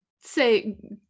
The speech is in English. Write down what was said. say